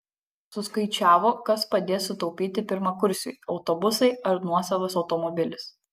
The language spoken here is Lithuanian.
suskaičiavo kas padės sutaupyti pirmakursiui autobusai ar nuosavas automobilis